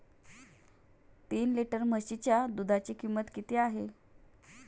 तीन लिटर म्हशीच्या दुधाची किंमत किती आहे?